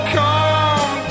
come